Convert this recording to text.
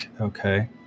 okay